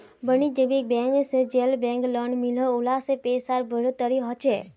वानिज्ज्यिक बैंक से जेल बैंक लोन मिलोह उला से पैसार बढ़ोतरी होछे